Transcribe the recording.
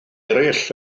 eraill